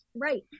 right